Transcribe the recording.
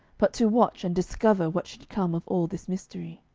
but to watch and discover what should come of all this mystery.